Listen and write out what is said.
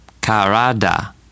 Karada